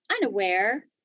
unaware